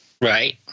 Right